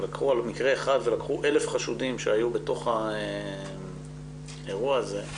שלקחו מקרה אחד ולקחו 1,000 חשודים שהיו בתוך האירוע הזה.